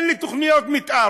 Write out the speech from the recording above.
אין לי תוכניות מתאר,